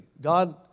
God